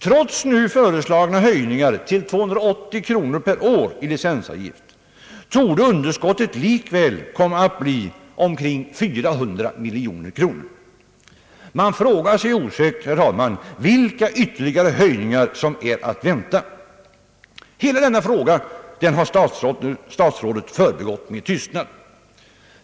Trots nu föreslagna höjningar av licensavgiften till 280 kronor per år, torde underskottet likväl komma att bli omkring 400 miljoner kronor. Man frågar sig osökt, herr talman, vilka ytterligare höjningar som är att vänta. Hela denna fråga har statsrådet förbigått med tystnad.